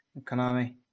Konami